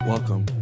Welcome